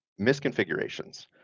misconfigurations